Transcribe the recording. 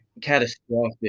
catastrophic